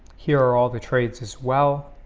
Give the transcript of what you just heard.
here are all the trades as well